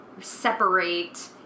separate